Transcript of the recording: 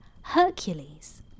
Hercules